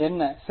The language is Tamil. என்ன சரி